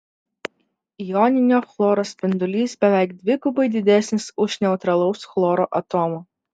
joninio chloro spindulys beveik dvigubai didesnis už neutralaus chloro atomo